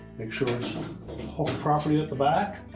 make sure it's hooked properly at the back